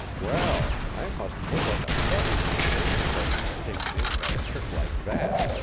well, i must look like a sucker if they think i can be taken in by a trick like that,